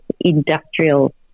industrial